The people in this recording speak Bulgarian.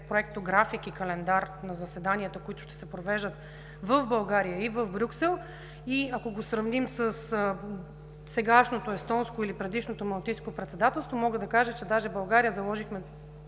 проектографик и календар на заседанията, които ще провеждат в България и в Брюксел. Ако го сравним със сегашното естонско или предишното малтийско председателство, мога да кажа, че даже България заложи